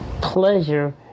pleasure